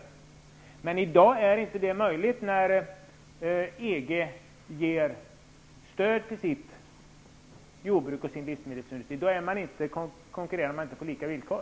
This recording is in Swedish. I dag är detta emellertid inte möjligt, när EG ger stöd till sitt jordbruk och sin livsmedelsindustri. Då konkurrerar vi inte på lika villkor.